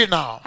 now